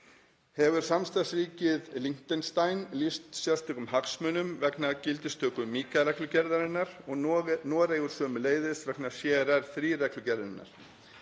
Hefur samstarfsríkið Liechtenstein lýst sérstökum hagsmunum vegna gildistöku MiCA-reglugerðarinnar og Noregur sömuleiðis vegna CRR III-reglugerðarinnar.